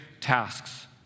tasks